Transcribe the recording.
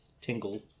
tingle